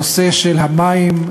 נושא המים,